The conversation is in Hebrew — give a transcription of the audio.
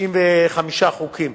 95 חוקים